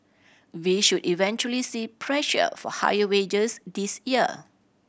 we should eventually see pressure for higher wages this year